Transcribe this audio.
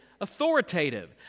authoritative